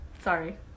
sorry